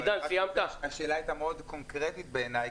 השאלה הייתה מאוד קונקרטית בעיניי,